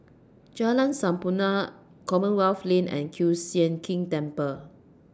Jalan Sampurna Commonwealth Lane and Kiew Sian King Temple